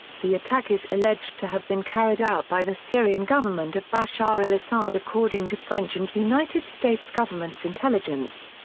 the attack is alleged to have been carried out by the syrian government of bashar al-assad according to french and united states' government's intelligence.